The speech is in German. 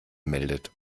meldet